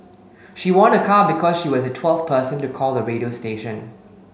she won a car because she was the twelfth person to call the radio station